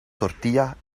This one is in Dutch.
tortilla